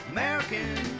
American